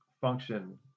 function